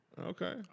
Okay